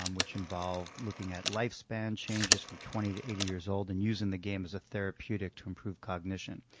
um which involved looking at lifespan changes from twenty to eighty years old, and using the game as a therapeutic to improve cognition.